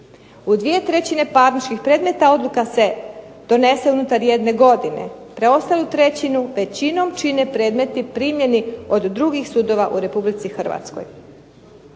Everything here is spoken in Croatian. U dvije trećine parničkih predmeta odluka se donese unutar jedne godine, preostalu trećinu većinom čine predmeti primjeni od drugih sudova u Republici Hrvatskoj.